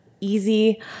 easy